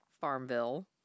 Farmville